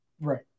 Right